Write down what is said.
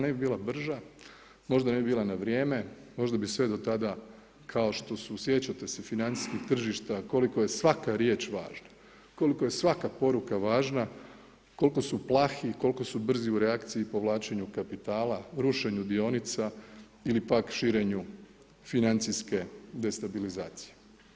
Ne bi bila brža, možda ne bi bila na vrijeme, možda bi sve do tada, kao što su, sjećate se financijskih tržišta, koliko je svaka riječ važna, koliko je svaka poruka važna, koliko su plahi, koliko su brzi u reakciji povlačenju kapitala, rušenju dionica, ili pak širenju financijske destabilizacije.